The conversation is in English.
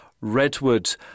Redwood